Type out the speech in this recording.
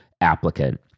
applicant